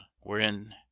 wherein